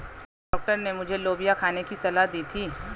doctor ने मुझे लोबिया खाने की सलाह दी थी